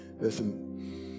listen